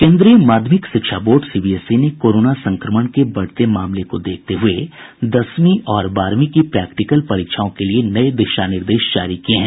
केन्द्रीय माध्यमिक शिक्षा बोर्ड सीबीएसई ने कोरोना संक्रमण के बढ़ते मामलों को देखते हुये दसवीं और बारहवीं की प्रैक्टिकल परीक्षाओं के लिए नये दिशा निर्देश जारी किये हैं